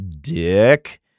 Dick